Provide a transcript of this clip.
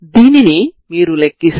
దీనినే మీరు పొందుతారు